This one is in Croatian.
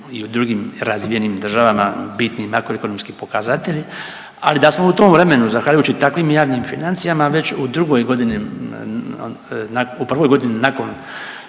i u drugim razvijenim državama bitni makroekonomski pokazatelji, ali da smo u tom vremenu, zahvaljujući takvim javnim financijama već u drugoj godini,